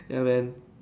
ya man